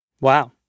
Wow